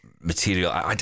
material